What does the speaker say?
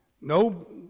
No